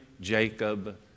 Jacob